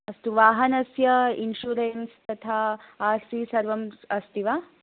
अस्तु वाहनस्य इन्शुरेन्स् तथा आर् सि सर्वम् अस्ति वा